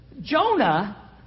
Jonah